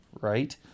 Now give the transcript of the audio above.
right